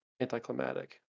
anticlimactic